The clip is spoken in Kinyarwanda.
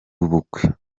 w’ubukwe